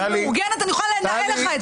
אני מאורגנת, אני יכולה לנהל לך את זה במקביל.